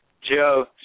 Joe